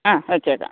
ആ വച്ചേക്കാം